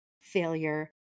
failure